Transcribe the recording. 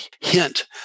hint